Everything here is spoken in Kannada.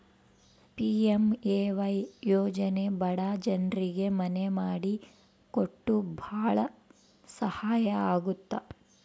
ಪಿ.ಎಂ.ಎ.ವೈ ಯೋಜನೆ ಬಡ ಜನ್ರಿಗೆ ಮನೆ ಮಾಡಿ ಕೊಟ್ಟು ಭಾಳ ಸಹಾಯ ಆಗುತ್ತ